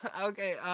okay